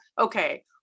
okay